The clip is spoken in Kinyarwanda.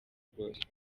rwose